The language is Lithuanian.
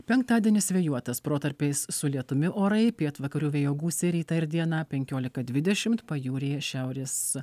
penktadienis vėjuotas protarpiais su lietumi orai pietvakarių vėjo gūsiai rytą ir dieną penkiolika dvidešimt pajūryje šiaurės